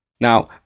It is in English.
now